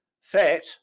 fat